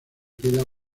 queda